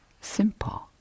Simple